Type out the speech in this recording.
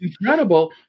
incredible